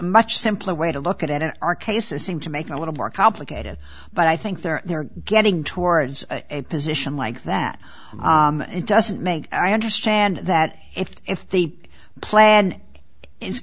much simpler way to look at it our cases seem to make it a little more complicated but i think they're getting towards a position like that it doesn't make i understand that if if the plan is